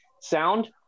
sound